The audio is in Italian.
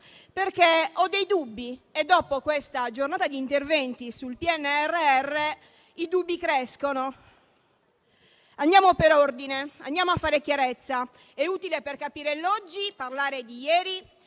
metodo? Ho dei dubbi e dopo questa giornata di interventi sul PNRR, i dubbi crescono. Andiamo per ordine, andiamo a fare chiarezza: è utile parlare di ieri,